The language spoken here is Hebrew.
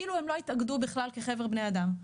כאילו הם לא התאגדו בכלל כחבר בני אדם.